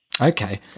Okay